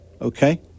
okay